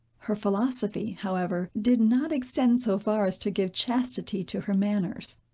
her philosophy, however, did not extend so far as to give chastity to her manners.